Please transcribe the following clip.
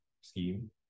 scheme